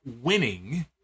winning